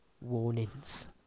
warnings